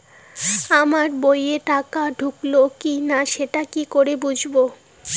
আমার বইয়ে টাকা ঢুকলো কি না সেটা কি করে বুঝবো?